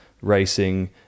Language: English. racing